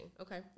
Okay